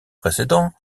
précédents